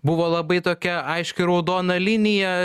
buvo labai tokia aiški raudona linija